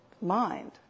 mind